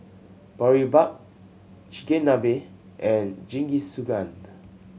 Boribap Chigenabe and Jingisukan